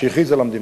שהכריז על המדינה.